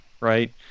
right